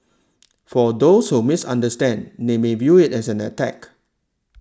for those who misunderstand they may view it as an attack